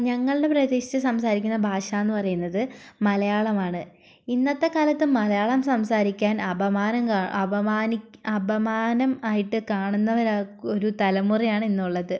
ഞങ്ങളുടെ പ്രദേശത്ത് സംസാരിക്കുന്ന ഭാഷയെന്നു പറയുന്നത് മലയാളമാണ് ഇന്നത്തെക്കാലത്ത് മലയാളം സംസാരിക്കാൻ അപമാനം അപമാനം ആയിട്ട് കാണുന്നവർ ഒരു തലമുറയാണ് ഇന്നുള്ളത്